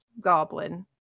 goblin